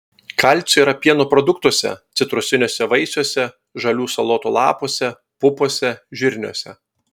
kalcio yra pieno produktuose citrusiniuose vaisiuose žalių salotų lapuose pupose žirniuose